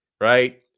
right